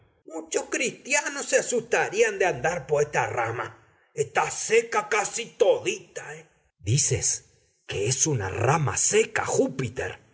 mucho critianos se asutarían de andar po eta rama etá seca casi todita dices que es una rama seca júpiter